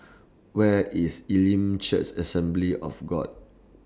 Where IS Elim Church Assembly of God